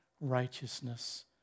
righteousness